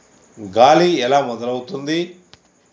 గాలి ఎలా మొదలవుతుంది?